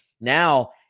Now